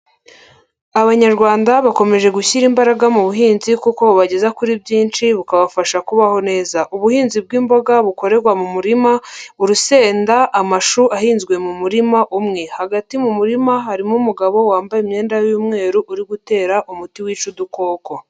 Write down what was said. Abanyarwanda bakomeje gushyira imbaraga mu buhinzi kuko bu bageza kuri byinshi bukabafasha kubaho neza. Ubuhinzi bw'imboga bukorerwa mu murima urusenda, amashuahinzwe mu murima umwe, hagati mu murima harimo umugabo wambaye imyenda y'umweru uri gutera umuti wica udukoko.